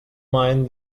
mind